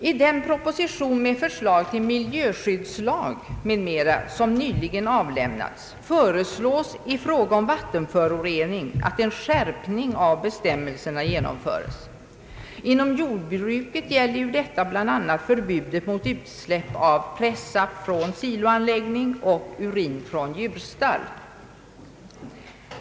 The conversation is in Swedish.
I den proposition med förslag till miljöskyddslag m.m. som nyligen avlämnats föreslås i fråga om vattenföroreningar, att en skärpning av bestämmelserna genomföres. Inom jordbruket gäller detta bland annat förbud mot utsläpp av pressaft från siloanläggning och urin från djurstall.